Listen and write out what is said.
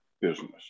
business